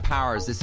Powers